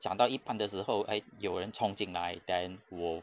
讲到一半的时候 a~ 有人闯进来 then 我